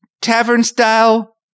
tavern-style